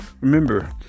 Remember